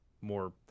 more –